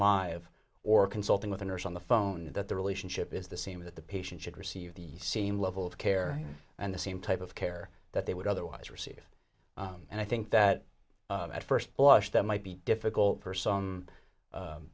live or consulting with a nurse on the phone that the relationship is the same that the patient should receive the same level of care and the same type of care that they would otherwise receive and i think that at first blush that might be difficult for some